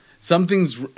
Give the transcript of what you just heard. Something's –